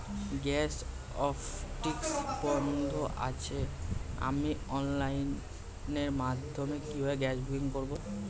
Gas অফিসটি বন্ধ আছে আমি অনলাইনের মাধ্যমে কিভাবে গ্যাস বুকিং করব?